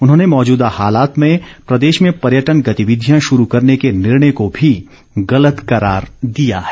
उन्होंने मौजूदा हालात में प्रदेश में पर्यटन गतिविधियां शुरू करने को निर्णय को भी गलत करार दिया है